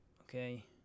okay